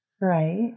Right